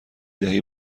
دهی